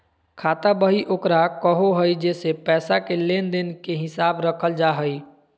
खाता बही ओकरा कहो हइ जेसे पैसा के लेन देन के हिसाब रखल जा हइ